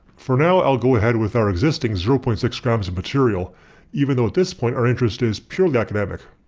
for now i'll go ahead with our existing zero point six kind of g of material even though at this point our interest is purely academic.